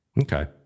Okay